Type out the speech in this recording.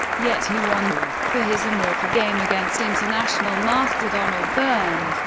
yet, he won the for his immortal game against international master donald byrne,